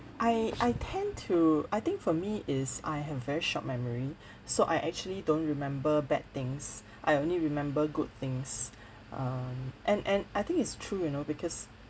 I I tend to I think for me is I have a very short memory so I actually don't remember bad things I only remember good things um and and I think it's true you know because